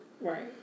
Right